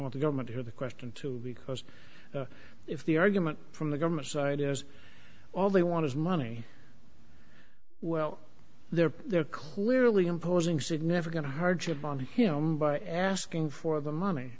want to government have a question too because if the argument from the government side is all they want is money well they're they're clearly imposing significant hardship on him by asking for the money